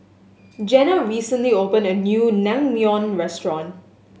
Jenna recently opened a new Naengmyeon Restaurant